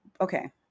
okay